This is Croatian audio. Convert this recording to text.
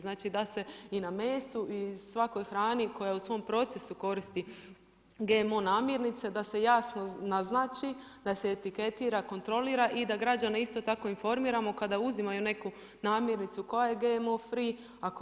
Znači da se i na mesu i svakoj hrani koja u svom procesu koristi GMO namirnice da se jasno naznači, da se etiketira, kontrolira i da građane isto tako informiramo kada uzimaju neku namirnicu koja je GMO free, a koja ne.